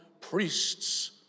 priests